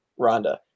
Rhonda